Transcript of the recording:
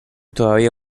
todavía